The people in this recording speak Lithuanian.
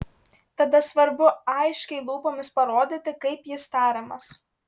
tada svarbu aiškiai lūpomis parodyti kaip jis tariamas